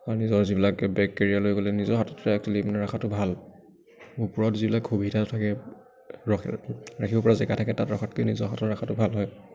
আৰু নিজৰ যিবিলাকে বেক কেৰিয়াৰ লৈ গ'লে নিজৰ হাততে একচোৱেলি ৰাখাটো মানে ভাল ওপৰত যিবিলাক সুবিধা থাকে ৰখা ৰাখিবপৰা জেগা থাকে তাত ৰখাতকৈ নিজৰ হাতত ৰাখাটো ভাল হয়